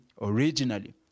originally